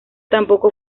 tampoco